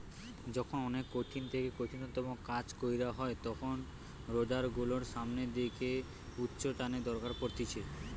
যখন অনেক কঠিন থেকে কঠিনতম কাজ কইরা হয় তখন রোডার গুলোর সামনের দিকে উচ্চটানের দরকার পড়তিছে